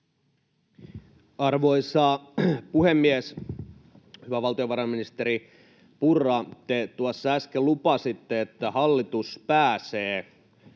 Arvoisa puhemies! Hyvä valtiovarainministeri Purra, te tuossa äsken lupasitte, että hallitus pääsee